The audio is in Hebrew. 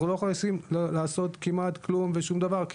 כמעט שלא יכולים לעשות כלום ושום דבר,